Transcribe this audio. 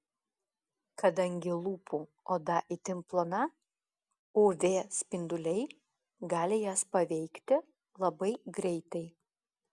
kadangi lūpų oda itin plona uv spinduliai gali jas paveikti labai greitai